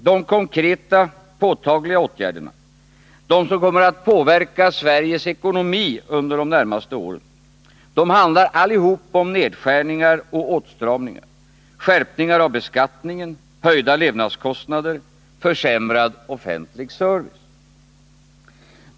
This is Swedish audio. De konkreta, påtagliga åtgärderna, de som kommer att påverka Sveriges ekonomi under de närmaste åren, handlar allihop om nedskärningar och åtstramningar — skärpningar av beskattningen, höjda levnadskostnader, försämrad offentlig service.